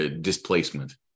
displacement